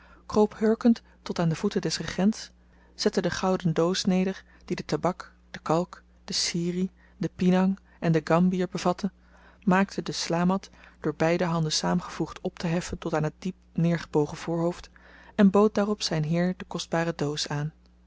kroop hurkende tot aan de voeten des regents zette de gouden doos neder die de tabak de kalk de sirie de pinang en de gambier bevatte maakte den slamat door beide handen saamgevoegd opteheffen tot aan het diep neergebogen voorhoofd en bood daarop zyn heer de kostbare doos aan